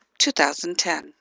2010